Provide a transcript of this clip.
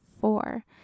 four